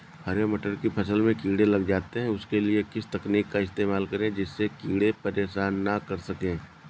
हरे मटर की फसल में कीड़े लग जाते हैं उसके लिए किस तकनीक का इस्तेमाल करें जिससे कीड़े परेशान ना कर सके?